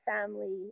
family